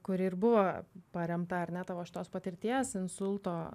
kuri ir buvo paremta ar ne tavo šitos patirties insulto